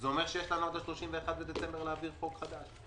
זה אומר שיש לנו עד ה-31 בדצמבר להעביר חוק חדש.